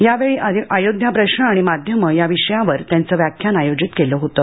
यावेळी अयोध्या प्रश्न आणि माध्यम या विषयावर त्याचं व्याख्यान आयोजित केलं होतं